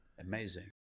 amazing